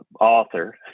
author